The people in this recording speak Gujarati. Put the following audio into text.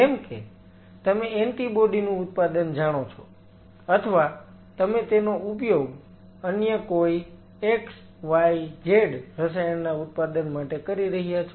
જેમ કે તમે એન્ટિબોડી નું ઉત્પાદન જાણો છો અથવા તમે તેનો ઉપયોગ અન્ય કોઈ x y z રસાયણના ઉત્પાદન માટે કરી રહ્યા છો